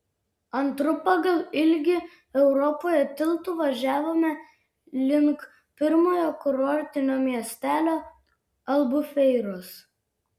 antru pagal ilgį europoje tiltu važiavome link pirmojo kurortinio miestelio albufeiros